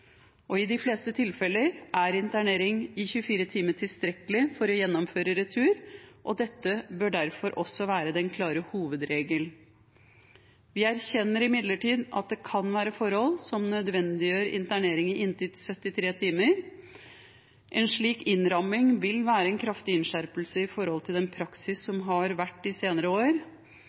I de fleste tilfeller er internering i 24 timer tilstrekkelig for å gjennomføre retur, og dette bør derfor også være den klare hovedregel. Vi erkjenner imidlertid at det kan være forhold som nødvendiggjør internering i inntil 72 timer. En slik innramming vil være en kraftig innskjerpelse i forhold til den praksis som har vært de senere år.